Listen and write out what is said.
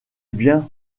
bien